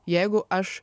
jeigu aš